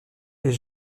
est